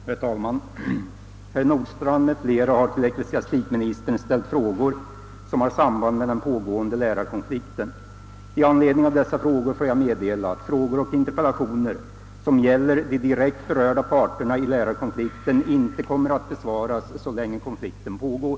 Herr talman! Herr Nordstrandh m.fl. har till ecklesitstikministern ställt frågor som har samband med den pågående lärarkonflikten. I anledning av dessa frågor får jag meddela, att frågor och interpellationer som gäller de direkt berörda parterna i lärarkonflikten inte kommer att besvaras så länge konflikten pågår.